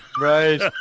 Right